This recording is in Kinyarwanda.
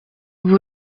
ubu